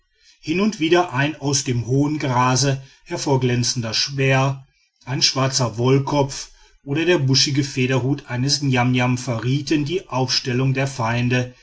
hin und wieder ein aus dem hohen grase hervorglänzender speer ein schwarzer wollkopf oder der buschige federhut eines niamniam verrieten die aufstellung der feinde